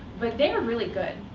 but they are really good.